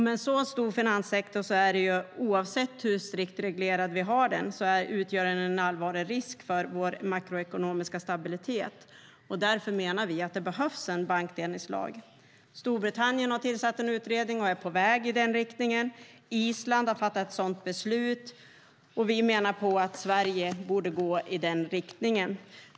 En så stor finanssektor, oavsett hur strikt reglerad den är, utgör en allvarlig risk för vår makroekonomiska stabilitet. Därför menar vi att det behövs en bankdelningslag. Storbritannien har tillsatt en utredning och är på väg i den riktningen. Island har fattat ett sådant beslut, och vi menar att Sverige borde gå i den riktningen.